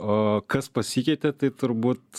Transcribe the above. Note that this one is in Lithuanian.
o kas pasikeitė tai turbūt